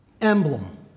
emblem